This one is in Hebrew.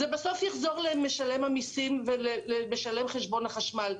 זה בסוף יחזור למשלם המיסים ולמשלם חשבון החשמל,